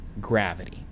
gravity